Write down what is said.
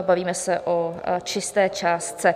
Bavíme se o čisté částce.